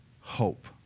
hope